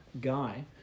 guy